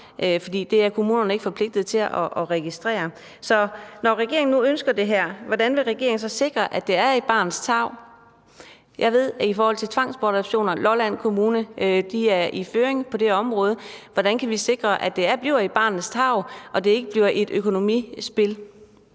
det er kommunerne ikke forpligtet til at registrere. Så når regeringen nu ønsker det her, hvordan vil regeringen så sikre, at det er i barnets tarv? I forhold til tvangsbortadoptioner ved jeg, at Lolland Kommune er i føring på det område. Hvordan kan vi sikre, at det bliver i barnets tarv og det ikke bliver et økonomispil?